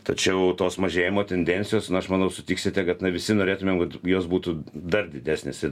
tačiau tos mažėjimo tendencijos na aš manau sutiksite kad na visi norėtumėm kad jos būtų dar didesnės ir